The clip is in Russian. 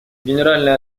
генеральная